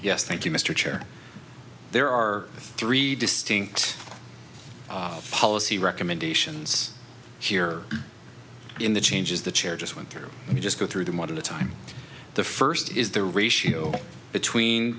yes thank you mr chair there are three distinct policy recommendations here in the changes the chair just went through and you just go through them one of the time the first is the ratio between